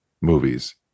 movies